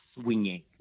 swinging